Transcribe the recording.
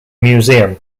museum